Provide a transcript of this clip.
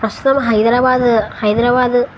ప్రస్తుతం హైదరాబాద్ హైదరాబాద్